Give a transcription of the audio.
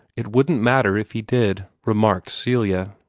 it wouldn't matter if he did, remarked celia.